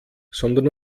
sondern